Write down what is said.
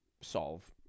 solve